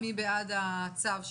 מי בעד הצו?